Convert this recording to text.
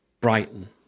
Brighton